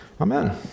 Amen